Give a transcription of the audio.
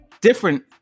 different